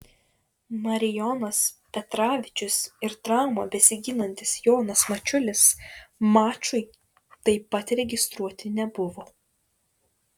marijonas petravičius ir traumą besigydantis jonas mačiulis mačui taip pat registruoti nebuvo